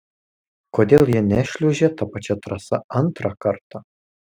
kodėl jie nešliuožė ta pačia trasa antrą kartą